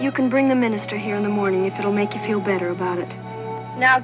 you can bring the minister here in the morning it'll make you feel better about it now